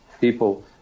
people